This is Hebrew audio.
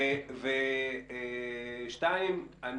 שתיים,